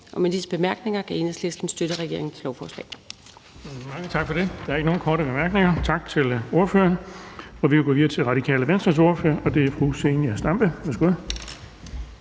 Med disse bemærkninger kan Enhedslisten støtter regeringens lovforslag.